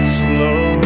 slow